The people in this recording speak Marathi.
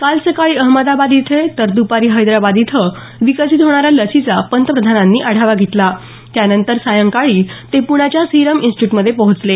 काल सकाळी अहमदाबादमध्ये तर दुपारी हैदराबाद इथे विकसित होणाऱ्या लसीचा पंतप्रधानांनी आढावा घेतला त्यानंतर सायंकाळी ते प्ण्याच्या सीरम इन्स्टिट्यूटमध्ये पोहोचले